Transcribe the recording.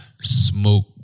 Smoke